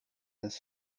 this